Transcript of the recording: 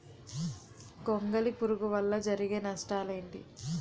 గొంగళి పురుగు వల్ల జరిగే నష్టాలేంటి?